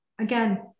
Again